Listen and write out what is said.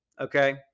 Okay